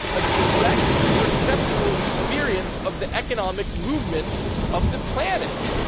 a direct perceptual experience of the economic movements of the planet.